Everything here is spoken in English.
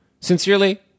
Sincerely